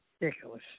ridiculous